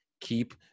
keep